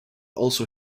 also